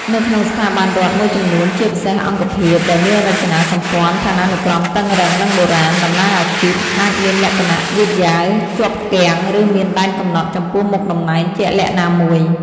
នៅក្នុងស្ថាប័នរដ្ឋមួយចំនួន ជាពិសេសអង្គភាពដែលមានរចនាសម្ព័ន្ធឋានានុក្រមតឹងរ៉ឹង និងបុរាណ ដំណើរអាជីពអាចមានលក្ខណៈយឺតយ៉ាវ ជាប់គាំង ឬមានដែនកំណត់ចំពោះមុខតំណែងជាក់លាក់ណាមួយ។